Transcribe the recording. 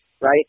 Right